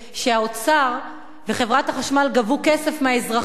שהאוצר וחברת החשמל גבו כסף מהאזרחים